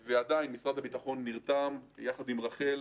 ועדיין, משרד הביטחון נרתם יחד עם רח"ל